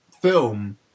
film